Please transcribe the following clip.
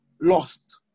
lost